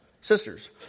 sisters